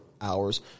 hours